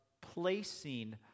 placing